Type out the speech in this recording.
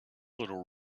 little